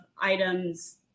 items